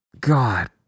God